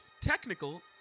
Technical